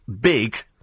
big